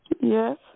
Yes